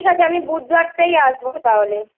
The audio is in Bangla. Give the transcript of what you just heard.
ঠিক আছে আমি বুধবারটাই আসব তাহলে